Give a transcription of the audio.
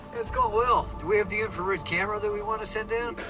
it's going well. do we have the infrared camera that we wanna send down?